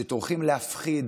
שטורחים להפחיד